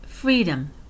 freedom